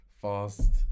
fast